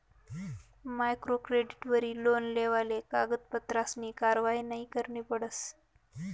micro क्रेडिटवरी loan लेवाले कागदपत्रसनी कारवायी नयी करणी पडस